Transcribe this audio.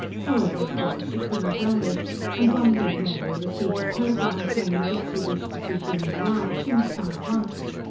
however it was, she could not rally and one day mary received a telegram saying that if she wished to see jinny alive, she must come at once.